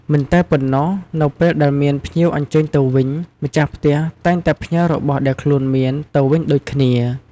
មិនតែប៉ុណ្ណោះ នៅពេលដែលមានភ្ញៀវអញ្ជើញទៅវិញ ម្ទាស់ផ្ទះតែងតែផ្ញើរបស់ដែរខ្លួនមានទៅវិញដូចគ្នា ។